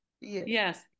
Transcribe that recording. Yes